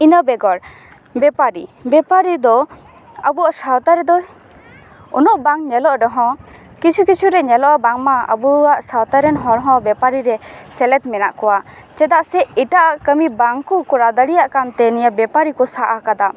ᱤᱱᱟᱹ ᱵᱮᱜᱚᱨ ᱵᱮᱯᱟᱨᱤ ᱵᱮᱯᱟᱨᱤ ᱫᱚ ᱟᱵᱚᱣᱟᱜ ᱥᱟᱶᱛᱟ ᱨᱮᱫᱚ ᱩᱱᱟᱹᱜ ᱵᱟᱝ ᱧᱮᱞᱚᱜ ᱨᱮᱦᱚᱸ ᱠᱤᱪᱷᱩ ᱠᱤᱪᱷᱩᱨᱮ ᱧᱮᱞᱚᱜᱼᱟ ᱵᱟᱝᱢᱟ ᱟᱵᱚᱣᱟᱜ ᱥᱟᱶᱛᱟ ᱨᱮᱱ ᱦᱚᱲ ᱦᱚᱸ ᱵᱮᱯᱟᱨᱤ ᱨᱮ ᱥᱮᱞᱮᱫ ᱢᱮᱱᱟᱜ ᱠᱚᱣᱟ ᱪᱮᱫᱟᱜ ᱥᱮ ᱮᱴᱟᱜ ᱠᱟᱹᱢᱤ ᱵᱟᱝ ᱠᱚ ᱠᱚᱨᱟᱣ ᱫᱟᱲᱮᱭᱟᱜ ᱠᱟᱱᱛᱮ ᱱᱤᱭᱟᱹ ᱵᱮᱯᱟᱨᱤ ᱠᱚ ᱥᱟᱵ ᱠᱟᱫᱟ